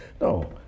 No